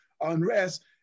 unrest